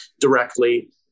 directly